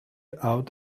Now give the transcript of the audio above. out